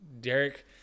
Derek